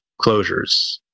closures